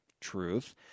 Truth